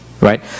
Right